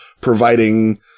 providing